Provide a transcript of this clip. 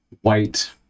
white